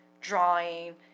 drawing